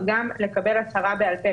אז גם לקבל הצהרה בעל פה.